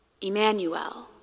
Emmanuel